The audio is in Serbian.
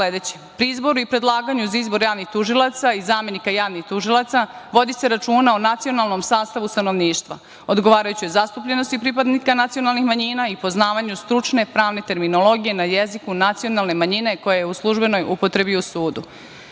pri izboru i predlaganju za izbor javnih tužioca i zamenika javnih tužilaca vodi se računa o nacionalnom sastavu stanovništva, odgovarajućoj zastupljenosti pripadnika nacionalnih manjina i poznavanju stručne, pravne terminologije na jeziku nacionalne manjine koja je u službenoj upotrebi u